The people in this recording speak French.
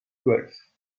golfe